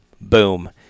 boom